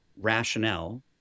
rationale